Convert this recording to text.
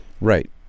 Right